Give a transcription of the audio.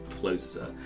closer